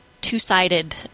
two-sided